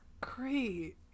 great